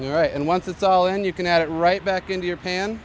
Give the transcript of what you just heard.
right and once it's all in you can add it right back into your pan